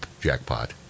jackpot